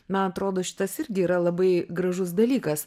man atrodo šitas irgi yra labai gražus dalykas